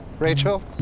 Rachel